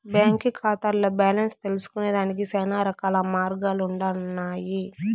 బాంకీ కాతాల్ల బాలెన్స్ తెల్సుకొనేదానికి శానారకాల మార్గాలుండన్నాయి